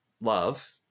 love